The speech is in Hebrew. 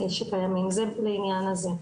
זה בעניין הזה.